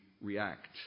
react